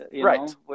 Right